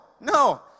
no